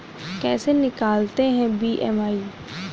कैसे निकालते हैं बी.एम.आई?